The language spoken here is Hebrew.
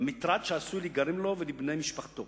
והמטרד שעשוי להיגרם לו ולבני משפחתו